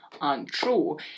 untrue